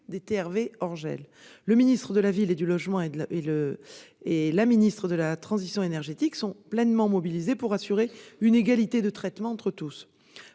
des TRV hors gel. Le ministre de la ville et du logement et la ministre de la transition énergétique sont pleinement mobilisés pour assurer une égalité de traitement entre tous.